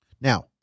Now